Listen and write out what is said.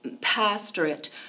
pastorate